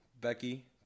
Becky